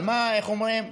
איך אומרים?